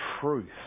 truth